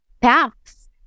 paths